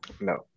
No